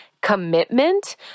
commitment